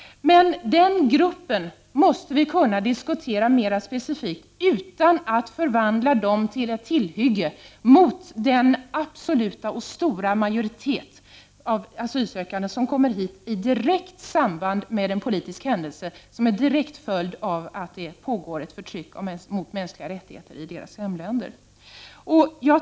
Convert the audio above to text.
Men den gruppen måste vi kunna diskutera mera specifikt utan att förvandla dem till ett tillhygge mot den absoluta och stora majoritet som kommer hit i direkt samband med en politisk händelse, som en direkt följd av att det pågår ett förtryck av mänskliga rättigheter i deras hemländer.